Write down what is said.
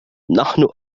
نحن